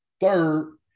third